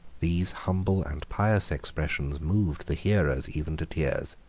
these humble and pious expressions moved the hearers, even to tears.